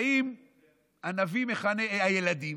באים הילדים,